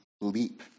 leap